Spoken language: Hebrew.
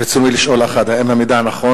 רצוני לשאול: 1. האם המידע נכון?